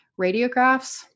radiographs